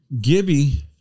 Gibby